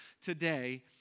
today